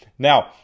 Now